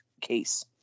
case